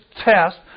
test